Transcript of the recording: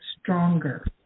stronger